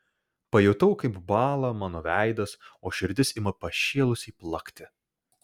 pajutau kaip bąla mano veidas o širdis ima pašėlusiai plakti